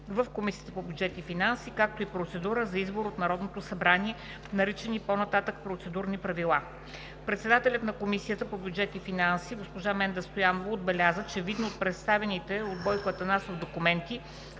в Комисията по бюджет и финанси, както и процедурата за избор от Народното събрание, наричани по-нататък „Процедурни правила”. Председателят на Комисията по бюджет и финанси госпожа Менда Стоянова отбеляза, че видно от представените от Бойко Атанасов документи,